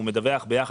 הוא מדווח ביחד,